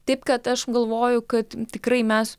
taip kad aš galvoju kad tikrai mes